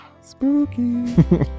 Spooky